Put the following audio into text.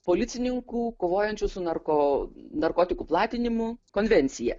policininkų kovojančių su narko narkotikų platinimu konvencija